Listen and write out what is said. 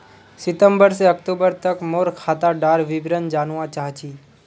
सितंबर से अक्टूबर तक मोर खाता डार विवरण जानवा चाहची?